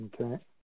Okay